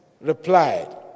replied